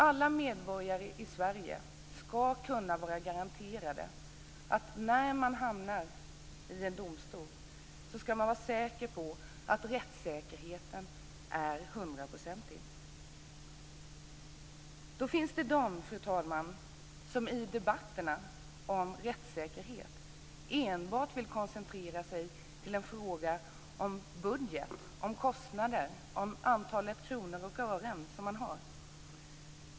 Alla medborgare i Sverige ska kunna vara garanterade att rättssäkerheten är hundraprocentig när man hamnar i en domstol. Det finns de, fru talman, som i debatterna om rättssäkerhet enbart vill koncentrera sig på frågan om budget, om kostnader och om det antal kronor och ören man har.